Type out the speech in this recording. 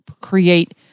create